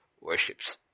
worships